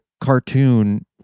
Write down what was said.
cartoon